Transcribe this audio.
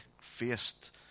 faced